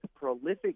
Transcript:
prolific